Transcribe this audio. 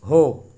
हो